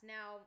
Now